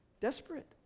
desperate